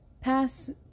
pass